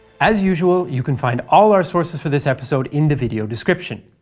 as usual, you can find all our sources for this episode in the video description.